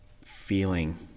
feeling